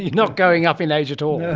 not going up in age at all? yeah